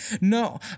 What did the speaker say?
No